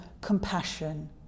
compassion